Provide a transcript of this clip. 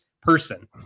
person